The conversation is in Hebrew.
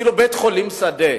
בית-חולים שדה.